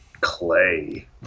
clay